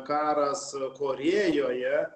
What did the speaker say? karas korėjoje